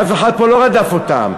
אף אחד פה לא רדף אותם,